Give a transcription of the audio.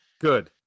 Good